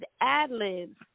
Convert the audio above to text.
ad-libs